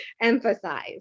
emphasize